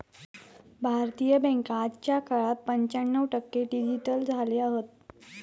भारतीय बॅन्का आजच्या काळात पंच्याण्णव टक्के डिजिटल झाले हत